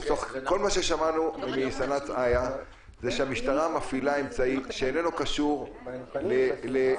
כל מה ששמענו מסנ"צ איה זה שהמשטרה מפעילה אמצעי שאיננו קשור לאיכון.